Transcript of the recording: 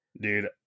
Dude